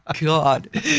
God